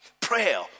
Prayer